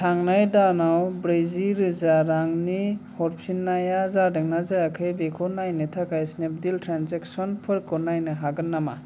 थांनाय दानाव ब्रैजि रोजा रांनि हरफिन्नाया जादोंना जायाखै बेखौ नायनो थाखाय स्नेपडिल ट्रेन्जेकसनफोरखौ नायनो हागोन नामा